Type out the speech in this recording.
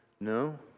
No